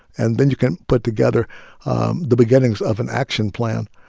and then you can put together the beginnings of an action plan.